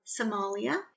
Somalia